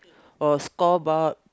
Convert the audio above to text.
oh scoreboard